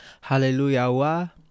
Hallelujah